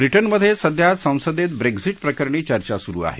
ब्रिटनमध्ये सध्या संसदेत ब्रेक्झीट प्रकरणी चर्चा सुरू आहे